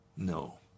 no